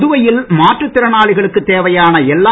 புதுவையில் மாற்றுத் திறனாளிகளுக்குத் தேவையான எல்லா